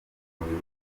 umuriro